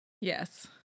Yes